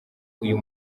uyu